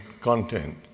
content